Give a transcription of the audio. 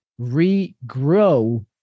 regrow